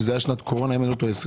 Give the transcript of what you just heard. שזאת הייתה שנת קורונה אם אני לא טועה,